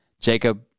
Jacob